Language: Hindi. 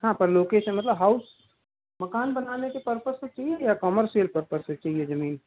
हाँ पर लोकेशन मतलब हाउस मकान बनाने के परपस से चाहिए या कॉमर्शियल परपस से चाहिए ज़मीन